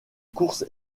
course